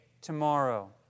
tomorrow